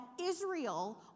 Israel